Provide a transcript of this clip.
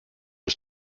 ist